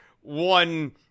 one